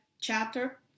chapter